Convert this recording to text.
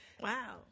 Wow